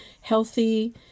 healthy